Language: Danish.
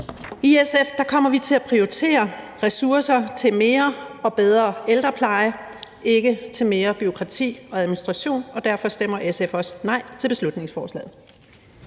I SF kommer vi til at prioritere ressourcer til mere og bedre ældrepleje, ikke til mere bureaukrati og administration, og derfor stemmer SF også imod beslutningsforslaget.